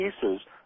pieces